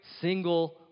single